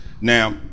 Now